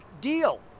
deal